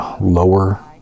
lower